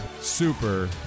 super